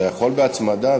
יכול בהצמדה.